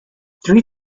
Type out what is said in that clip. three